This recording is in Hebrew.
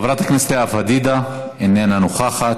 חברת הכנסת לאה פדידה, איננה נוכחת,